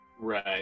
Right